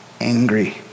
angry